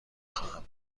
خواهم